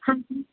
ਹਾਂਜੀ